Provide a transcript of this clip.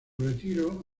retiro